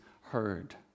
heard